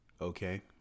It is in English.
Okay